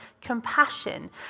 compassion